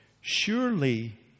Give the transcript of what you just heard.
surely